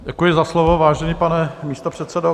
Děkuji za slovo, vážený pane místopředsedo.